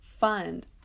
fund